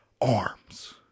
arms